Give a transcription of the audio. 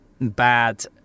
bad